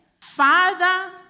Father